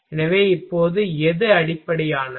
எனவே இப்போது எது அடிப்படையானது